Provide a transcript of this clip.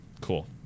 cool